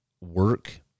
work